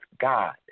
God